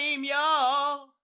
y'all